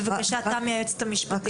בבקשה תמי, היועצת המשפטית.